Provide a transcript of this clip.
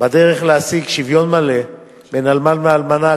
בדרך להשיג שוויון מלא בין אלמן לאלמנה,